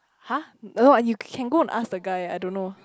!huh! you can go and ask the guy ah I don't know